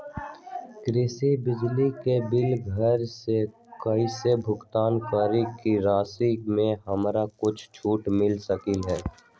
कृषि बिजली के बिल घर से कईसे भुगतान करी की राशि मे हमरा कुछ छूट मिल सकेले?